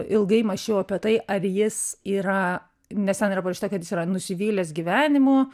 ilgai mąsčiau apie tai ar jis yra nes ten yra parašyta kad jis yra nusivylęs gyvenimu